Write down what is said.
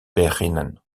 beginnen